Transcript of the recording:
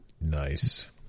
Nice